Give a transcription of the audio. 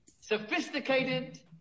sophisticated